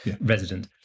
resident